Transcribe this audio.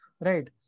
Right